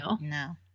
no